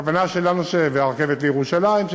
והרכבת לירושלים.